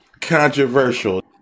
controversial